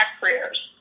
careers